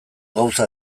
gauza